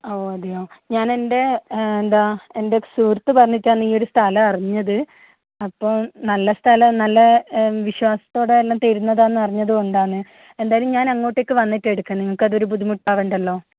ഓ അതെയോ ഞാൻ എൻ്റെ എന്താ എൻ്റെ സുഹൃത്ത് പറഞ്ഞിട്ടാണ് ഈ ഒരു സ്ഥലം അറിഞ്ഞത് അപ്പം നല്ല സ്ഥലം നല്ല വിശ്വാസത്തോടെ എല്ലാം തരുന്നതാണെന്നു അറിഞ്ഞതുകൊണ്ടാണ് എന്തായാലും ഞാൻ അങ്ങോട്ടേക്ക് വന്നിട്ട് എടുക്കാം നിങ്ങൾക്ക് അത് ഒരു ബുദ്ധിമുട്ട് ആവണ്ടല്ലോ